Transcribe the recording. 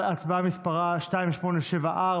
על הצעה שמספרה 2874,